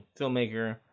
filmmaker